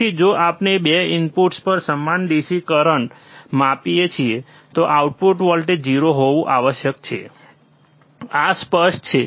તેથી જો આપણે 2 ઇનપુટ્સ પર સમાન DC કરંટ આપીએ છીએ તો આઉટપુટ વોલ્ટેજ 0 હોવું આવશ્યક છે આ સ્પષ્ટ છે